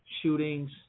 shootings